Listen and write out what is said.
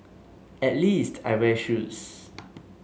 at least I wear shoes